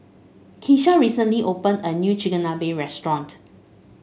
Keesha recently opened a new Chigenabe restaurant